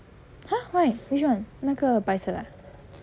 !huh! why which [one] 那个白色的 ah